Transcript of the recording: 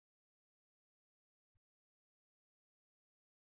ఇప్పుడు short circuit line కు బదులుగా ఈ మొత్తానికి మరొక ఉదాహరణ తీసుకుంటాము